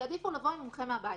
הם יעדיפו לבוא עם מומחה מהבית.